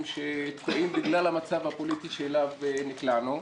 שתקועים בגלל המצב הפוליטי שאליו נקלענו,